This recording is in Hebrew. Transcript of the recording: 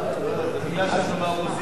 זה מפני שאנחנו באופוזיציה.